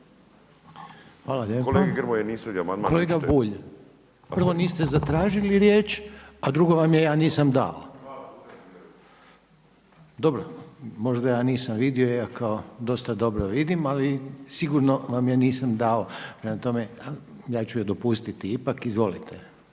Grmoja …/… Kolega Bulj, prvo niste zatražili riječ, a drugo vam je ja nisam dao. Dobro, možda ja nisam vidio, iako dosta dobro vidim. Ali sigurno vam je nisam dao, prema tome ja ću je dopustiti ipak. Izvolite.